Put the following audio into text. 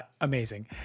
Amazing